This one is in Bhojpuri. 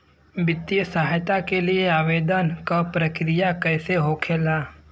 वित्तीय सहायता के लिए आवेदन क प्रक्रिया कैसे होखेला?